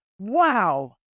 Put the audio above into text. Wow